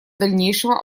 дальнейшего